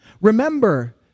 Remember